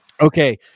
Okay